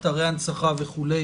אתרי הנצחה וכו'.